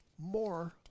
more